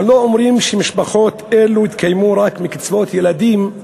אנחנו לא אומרים שמשפחות אלו יתקיימו רק מקצבאות ילדים,